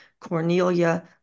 Cornelia